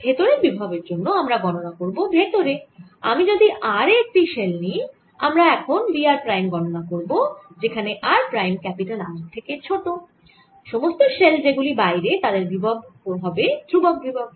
ভেতরের বিভবের জন্য আমরা গননা করব ভেতরে আমি যদি r এ একটি শেল নিই আমরা এখন V r প্রাইম গননা করব যেখানে r প্রাইম R এর থেকে ছোট সমস্ত শেল যেগুলি বাইরে তাদের বিভব হবে ধ্রুবক বিভব